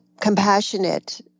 compassionate